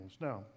Now